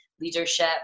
leadership